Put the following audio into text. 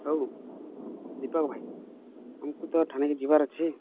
ବାବୁ ଦୀପକ ଭାଇ ଆମକୁ ତ ଠାନେକେ ଯିବାର ଅଛି